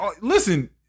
listen